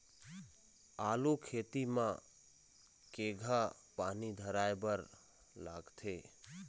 आलू खेती म केघा पानी धराए बर लागथे?